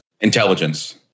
Intelligence